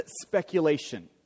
speculation